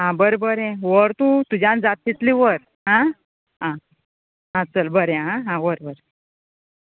आं बरें बरें व्हर तूं तुज्यान जाता तितलें व्हर आं आं आं चल बरें आं आं व्हर व्हर